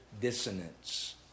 dissonance